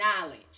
knowledge